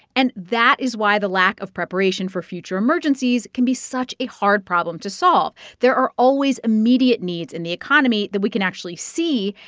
and that is why the lack of preparation for future emergencies can be such a hard problem to solve. there are always immediate needs in the economy that we can actually see,